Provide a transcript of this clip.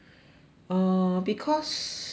err because